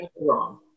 wrong